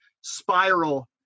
spiral